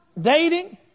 dating